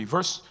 Verse